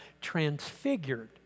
transfigured